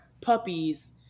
puppies